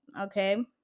okay